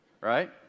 Right